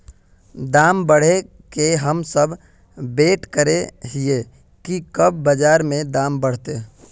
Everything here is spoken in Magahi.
दाम बढ़े के हम सब वैट करे हिये की कब बाजार में दाम बढ़ते?